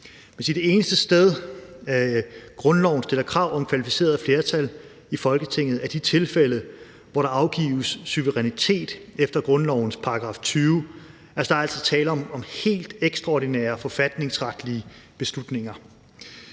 at det eneste sted, hvor grundloven stiller krav om kvalificeret flertal i Folketinget, er de tilfælde, hvor der afgives suverænitet efter grundlovens § 20. Der er altså tale om helt ekstraordinære forfatningsretlige beslutninger.